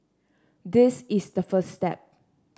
this is the first step